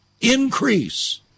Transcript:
increase